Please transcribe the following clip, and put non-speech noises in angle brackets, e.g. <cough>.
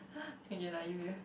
<breath> okay nah give you